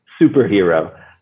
Superhero